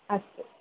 अस्तु